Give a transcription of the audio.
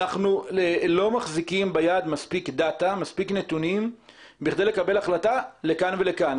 אנחנו לא מחזיקים ביד מספיק נתונים כדי לקבל החלטה לכאן ולכאן.